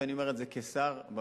ואני אומר את זה כשר בממשלה,